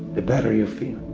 the better you feel